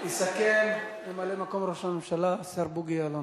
ויסכם ממלא-מקום ראש הממשלה השר בוגי יעלון.